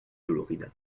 dolorida